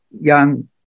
young